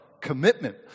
commitment